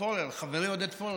חברי עודד פורר,